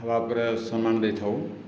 ହେବା ପରେ ସମ୍ମାନ ଦେଇଥାଉ